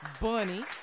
Bunny